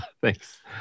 Thanks